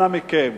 אנא מכם,